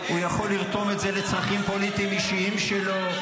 הוא יכול לרתום את זה לצרכים פוליטיים אישיים שלו,